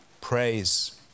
praise